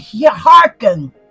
hearken